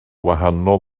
wahanol